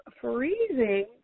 freezing